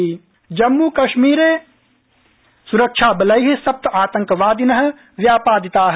जम्मू कश्मीर जम्मू कश्मीरे सुरक्षाबलै सप्त आतंकवादिन व्यापादिता